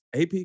AP